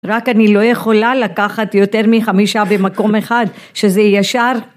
רק אני לא יכולה לקחת יותר מחמישה במקום אחד שזה ישר